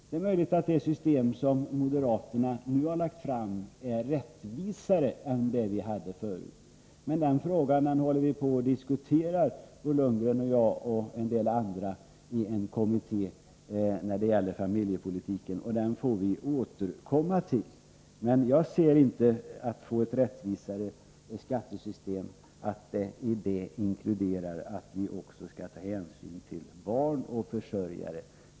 Det är möjligt att det system som moderaterna nu har lagt fram förslag om är rättvisare än det vi hade förut, men den frågan håller vi på att diskutera, Bo Lundgren och jag och en del andra, i en kommitté som behandlar familjepolitiken. Den frågan får vi alltså återkomma till. Jag anser dock inte att ett rättvisare skattesystem inkluderar att vi också skall ta hänsyn till antalet barn och försörjare.